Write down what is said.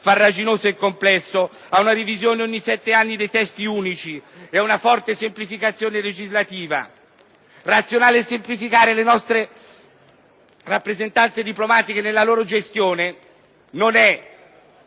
farraginoso e complesso) ad una revisione ogni sette anni dei testi unici e ad una forte semplificazione legislativa? Razionalizzare e semplificare le nostre rappresentanze diplomatiche nella loro gestione non è qualcosa